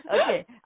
okay